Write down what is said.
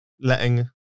letting